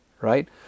right